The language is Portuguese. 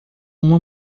uma